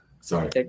sorry